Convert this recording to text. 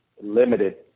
limited